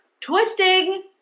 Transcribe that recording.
twisting